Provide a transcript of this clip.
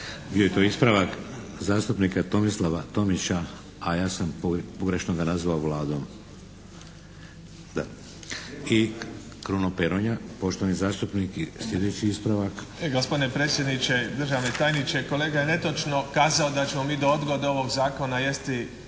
Bio je to ispravak zastupnika Tomislava Tomića, a ja sam pogrešno ga nazvao Vlado. I Kruno Peronja poštovani zastupnik, sljedeći ispravak.